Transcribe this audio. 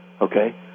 okay